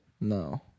no